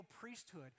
priesthood